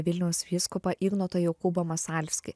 vilniaus vyskupą ignotą jokūbą masalskį